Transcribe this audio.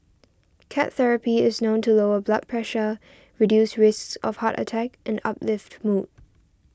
cat therapy is known to lower blood pressure reduce risks of heart attack and uplift mood